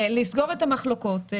לסגור את המחלוקות.